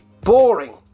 boring